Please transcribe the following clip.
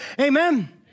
Amen